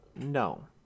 no